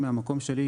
מהמקום שלי,